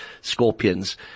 Scorpions